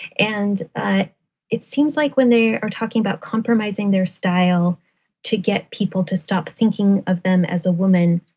and it seems like when they are talking about compromising their style to get people to stop thinking of them as a woman,